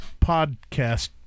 podcast